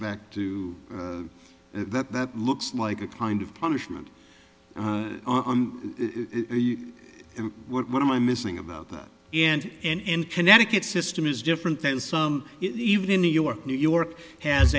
back to that that looks like a kind of punishment and what am i missing about that and in connecticut system is different than some even in new york new york has